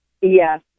Yes